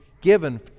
given